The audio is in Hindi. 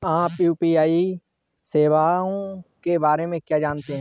आप यू.पी.आई सेवाओं के बारे में क्या जानते हैं?